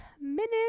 minute